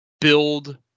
build